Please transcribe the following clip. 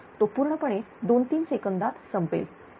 तो पूर्णपणे दोन 3 सेकंदात संपेल